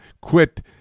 quit